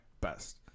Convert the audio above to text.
best